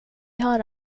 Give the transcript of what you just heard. har